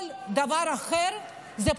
כל דבר אחר זה פלסטר.